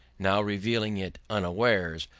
now revealing it unawares,